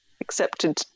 accepted